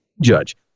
judge